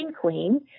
queen